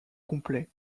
complet